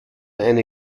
eine